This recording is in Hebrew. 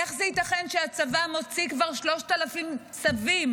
איך זה ייתכן שהצבא מוציא כבר 3,000 צווים